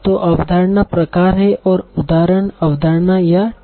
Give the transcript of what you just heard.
तो अवधारणा प्रकार है और उदाहरण अवधारणा या टोकन है